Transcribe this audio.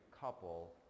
couple